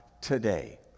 today